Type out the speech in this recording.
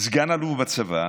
סגן אלוף בצבא,